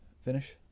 finish